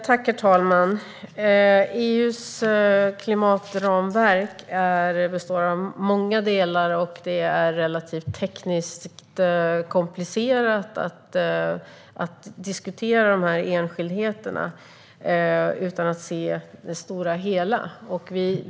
Herr talman! EU:s klimatramverk består av många delar, och det är relativt tekniskt komplicerat att diskutera enskildheterna utan att se det stora hela.